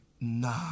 Nah